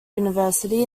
university